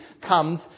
comes